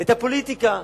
את הפוליטיקה: